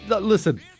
Listen